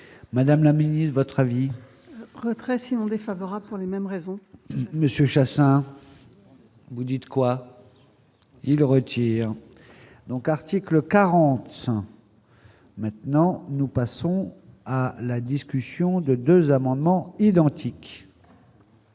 Madame la Ministre votre avis très si voulez favorable pour les mêmes raisons Monsieur Chassaing, vous dites quoi il retire. Donc, article 40. Maintenant, nous passons à la discussion de 2 amendements identiques.